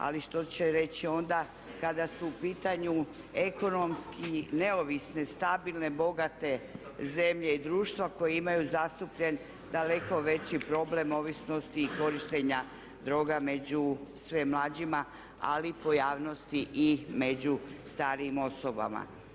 Ali što će reći onda kada su u pitanju neovisne, stabilne, bogate zemlje i društva koje imaju zastupljen daleko veći problem ovisnosti korištenja droga među sve mlađima, ali pojavnosti i među starijim osobama.